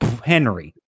Henry